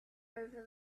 over